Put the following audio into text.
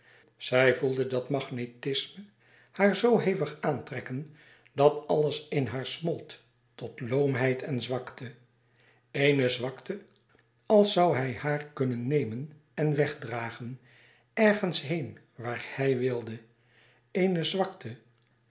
zij voelde dat magnetisme haar louis couperus extaze een boek van geluk zoo hevig aantrekken dat alles in haar smolt tot loomheid en zwakte eene zwakte als zoû hij haar kunnen nemen en wegdragen ergens heen waar hij wilde eene zwakte